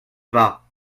pas